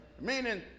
Meaning